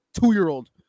two-year-old